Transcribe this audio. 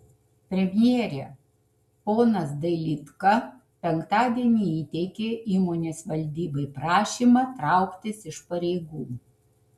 premjere ponas dailydka penktadienį įteikė įmonės valdybai prašymą trauktis iš pareigų